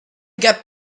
get